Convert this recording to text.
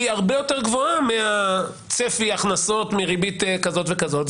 היא הרבה יותר גבוהה מהצפי הכנסות מריבית כזאת וכזאת.